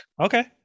okay